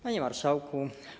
Panie Marszałku!